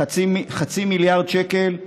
חצי מיליארד שקל,